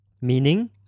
meaning